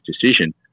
decision